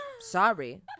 sorry